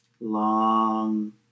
Long